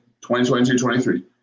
2022-23